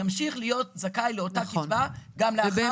ימשיך להיות זכאי לאותה קצבה גם לאחר שיקבל דמי אבטלה.